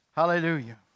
Hallelujah